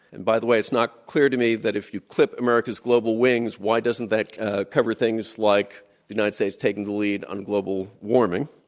and by the way, it's not clear to me that if you clip america's global wings, why doesn't that cover things like the united states taking the lead on global warming?